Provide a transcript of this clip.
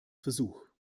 versuch